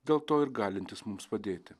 dėl to ir galintis mums padėti